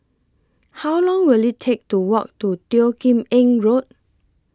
How Long Will IT Take to Walk to Teo Kim Eng Road